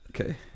Okay